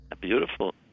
Beautiful